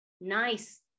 nice